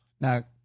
Now